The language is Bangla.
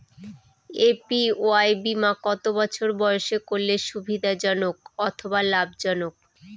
এ.পি.ওয়াই বীমা কত বছর বয়সে করলে সুবিধা জনক অথবা লাভজনক?